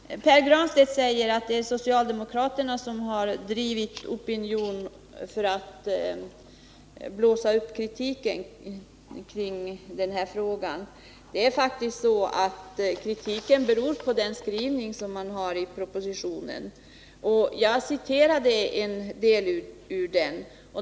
Fru talman! Pär Granstedt säger att det är socialdemokraterna som har försökt blåsa upp en kritikstorm i denna fråga, men det är faktiskt så, att kritiken beror på skrivningen i propositionen. Jag citerade litet ur denna.